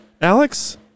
Alex